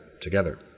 together